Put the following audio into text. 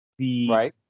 Right